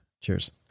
Cheers